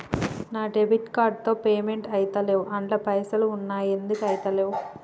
నా debit card తో payment ఐతలేవ్ అండ్ల పైసల్ ఉన్నయి ఎందుకు ఐతలేవ్?